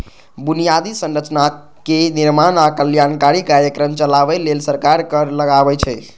बुनियादी संरचनाक निर्माण आ कल्याणकारी कार्यक्रम चलाबै लेल सरकार कर लगाबै छै